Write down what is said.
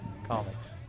comics